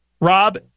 Rob